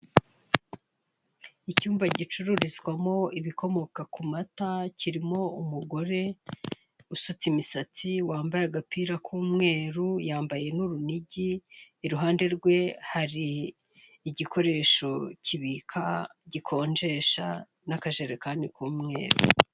Icyumba gicururizwamo ibikomoka ku mata kirimo umugore usutse imisatsi, wambaye agapira k'umweru, yambaye n'urunigi, iruhande rwe hari igikoresho kibika, gikonjesha n'akajerekani k'umweru.